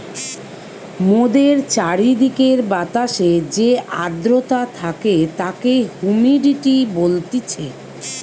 মোদের চারিদিকের বাতাসে যে আদ্রতা থাকে তাকে হুমিডিটি বলতিছে